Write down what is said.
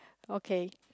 okay